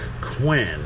Quinn